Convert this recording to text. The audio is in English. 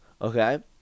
okay